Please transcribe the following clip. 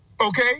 okay